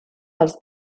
als